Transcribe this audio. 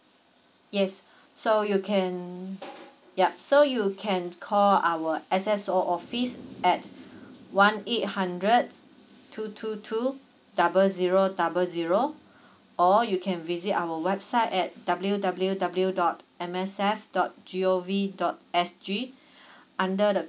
yes so you can yup so you can call our S S O office at one eight hundred two two two double zero double zero or you can visit our website at W W W dot M S F dot G O V dot S G under the